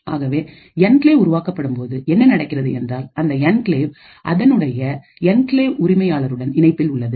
ஆகவே என்கிளேவ் உருவாக்கப்படும்போது என்ன நடக்கிறது என்றால் அந்த என்கிளேவ் அதனுடைய என்கிளேவ் உரிமையாளருடன் இணைப்பில் உள்ளது